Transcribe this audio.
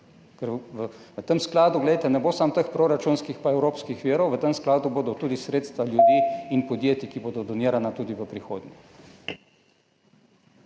Ker v tem skladu, glejte, ne bo samo teh proračunskih pa evropskih virov, v tem skladu bodo tudi sredstva ljudi in podjetij, ki bodo donirana tudi v prihodnje.